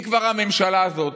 אם כבר הממשלה הזאת,